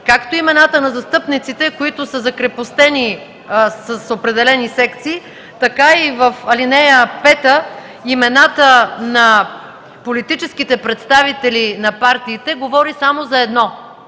както имената на застъпниците, които са закрепостени с определени секции, така и в ал. 5, имената на политическите представители на партиите, говори само за едно –